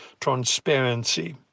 transparency